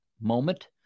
moment